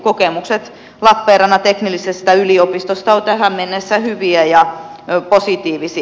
kokemukset lappeenrannan teknillisestä yliopistosta ovat tähän mennessä hyviä ja positiivisia